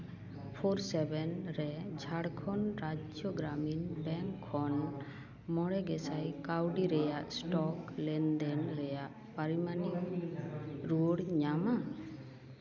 four ᱥᱮᱵᱷᱮᱱ ᱨᱮ Jharkhand Rajya Gramin Bank ᱠᱷᱚᱱ ᱢᱚᱬᱮ ᱜᱮᱥᱟᱭ ᱠᱟᱹᱣᱰᱤ ᱨᱮᱭᱟᱜ ᱥᱴᱚᱠ ᱞᱮᱱᱫᱮᱱ ᱨᱮᱭᱟᱜ ᱯᱟᱨᱤᱢᱟᱱᱤᱧ ᱨᱩᱣᱟᱹᱲ ᱤᱧ ᱧᱟᱢᱟ